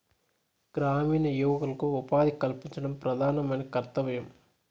గ్రామీణ యువకులకు ఉపాధి కల్పించడం ప్రధానమైన కర్తవ్యం